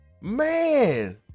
Man